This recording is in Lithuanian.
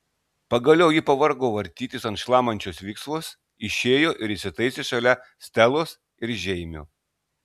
pagaliau ji pavargo vartytis ant šlamančios viksvos išėjo ir įsitaisė šalia stelos ir žeimio